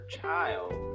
child